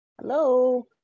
Hello